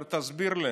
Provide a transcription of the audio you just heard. אני אומר: תסביר לי